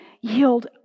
yield